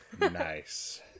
nice